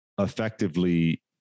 effectively